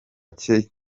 cye